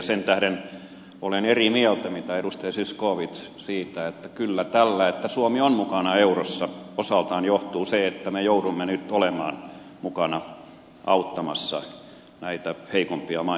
sen tähden olen eri mieltä kuin edustaja zyskowicz että kyllä tästä että suomi on mukana eurossa osaltaan johtuu se että me joudumme nyt olemaan mukana auttamassa näitä heikompia maita